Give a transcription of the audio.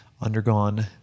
undergone